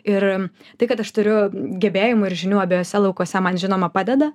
ir tai kad aš turiu gebėjimų ir žinių abiejuose laukuose man žinoma padeda